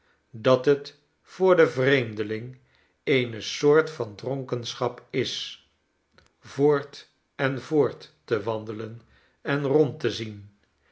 dat het voor den vreemdeling eene soort van dronkenschap is voort en voort te wandelen en rond te zien